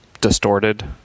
distorted